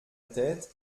tête